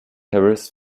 harris